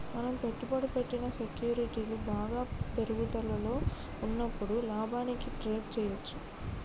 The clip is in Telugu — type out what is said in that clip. మనం పెట్టుబడి పెట్టిన సెక్యూరిటీలు బాగా పెరుగుదలలో ఉన్నప్పుడు లాభానికి ట్రేడ్ చేయ్యచ్చు